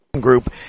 group